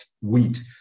wheat